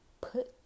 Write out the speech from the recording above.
put